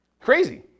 Crazy